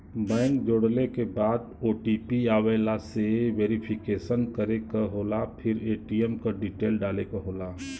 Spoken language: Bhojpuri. बैंक जोड़ले के बाद ओ.टी.पी आवेला से वेरिफिकेशन करे क होला फिर ए.टी.एम क डिटेल डाले क होला